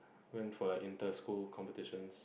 went for like inter school competitions